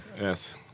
yes